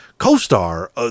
co-star